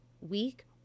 week